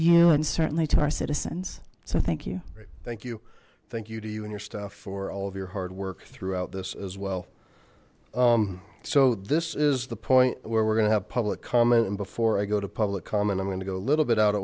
you and certainly to our citizens so thank you thank you thank you to you and your staff for all of your hard work throughout this as well so this is the point where we're going to have public comment and before i go to public comment i'm going to go a little bit out of